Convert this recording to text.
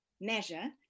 measure